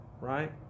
right